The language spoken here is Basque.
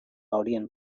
horien